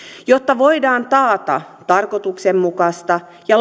jotta voidaan taata tarkoituksenmukainen ja